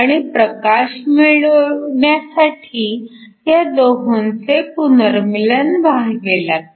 आणि प्रकाश मिळवण्यासाठी ह्या दोहोंचे पुनर्मीलन व्हावे लागते